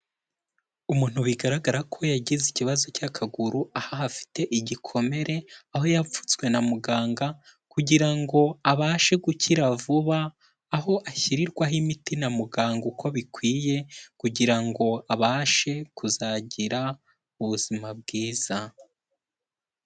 Umuntu bigaragara ko yagize ikibazo cy'akaguru, aho ahafite igikomere, aho yapfutswe na muganga kugira ngo abashe gukira vuba, aho ashyirirwaho imiti na muganga uko bikwiye, kugira ngo abashe kuzagira ubuzima bwiza.